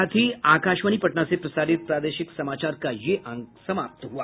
इसके साथ ही आकाशवाणी पटना से प्रसारित प्रादेशिक समाचार का ये अंक समाप्त हुआ